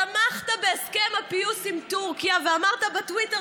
תמכת בהסכם הפיוס עם טורקיה ואמרת בטוויטר